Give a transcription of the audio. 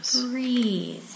breathe